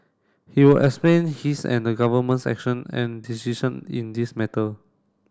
he will explain his and the Government's action and decision in this matter